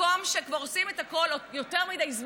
מקום שכבר עושים את הכול יותר מדי,